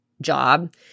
job